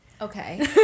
Okay